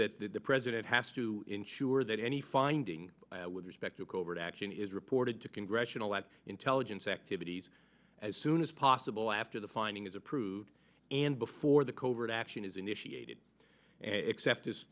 that the president has to ensure that any finding with respect to covert action is reported to congressional and intelligence activities as soon as possible after the finding is approved and before the covert action is initiated and except